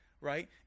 right